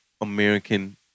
American